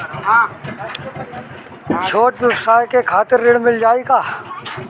छोट ब्योसाय के खातिर ऋण मिल जाए का?